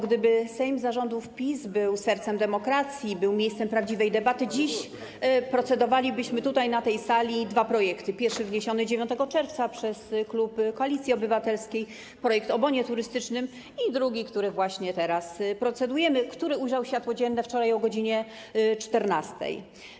Gdyby Sejm za rządów PiS był sercem demokracji, był miejscem prawdziwej debaty, dziś procedowalibyśmy tutaj, na tej sali, dwa projekty: pierwszy, wniesiony 9 czerwca przez klub Koalicji Obywatelskiej, projekt o bonie turystycznym, i drugi, który właśnie teraz procedujemy, który ujrzał światło dzienne wczoraj o godz. 14.